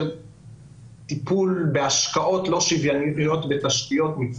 טיפול בהשקעות לא שוויוניות בתשתיות.